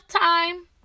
time